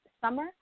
summer